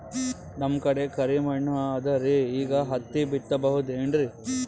ನಮ್ ಕಡೆ ಕರಿ ಮಣ್ಣು ಅದರಿ, ಈಗ ಹತ್ತಿ ಬಿತ್ತಬಹುದು ಏನ್ರೀ?